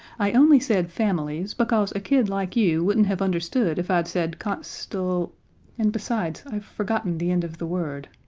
i only said families because a kid like you wouldn't have understood if i'd said constel. and, besides, i've forgotten the end of the word.